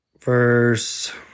verse